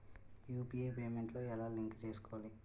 UPI payment ఎలా link చేసుకోవాలి?